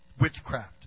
witchcraft